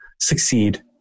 succeed